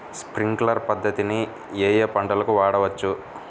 Sprinkler పద్ధతిని ఏ ఏ పంటలకు వాడవచ్చు?